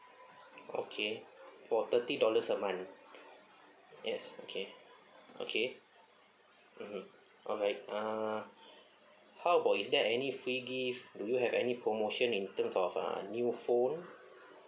okay for thirty dollars a month yes okay okay mmhmm alright uh how about is there any free gift do you have any promotion in terms of uh new phone